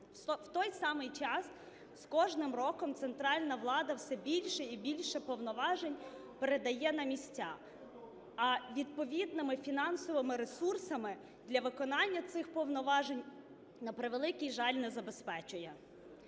В той самий час з кожним роком центральна влада все більше і більше повноважень передає на місця, а відповідними фінансовими ресурсами для виконання цих повноважень, на превеликий жаль, не забезпечує.